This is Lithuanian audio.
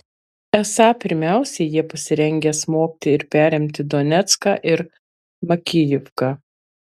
esą pirmiausia jie pasirengę smogti ir perimti donecką ir makijivką